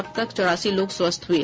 अब तक चौरासी लोग स्वस्थ हुये